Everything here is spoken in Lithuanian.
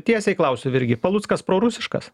tiesiai klausiu virgi paluckas prorusiškas